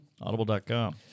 Audible.com